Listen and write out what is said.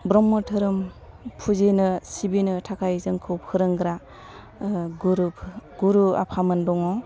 ब्रह्म धोरोम फुजिनो सिबिनो थाखाय जोंखौ फोरोंग्रा गुरुफोर गुरु आफामोन दङ